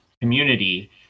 community